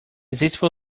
zestful